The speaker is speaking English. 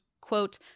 quote